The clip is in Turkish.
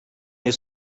ayı